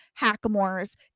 hackamores